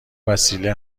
وسیله